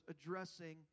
addressing